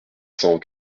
cent